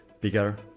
bigger